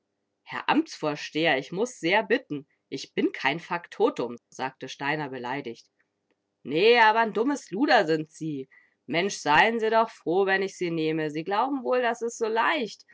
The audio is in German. herr amtsvorsteher ich muß sehr bitten ich bin kein faktotum sagte steiner beleidigt nee aber n dummes luder sind sie mensch seien sie doch froh wenn ich sie nehme sie glauben wohl das is so leicht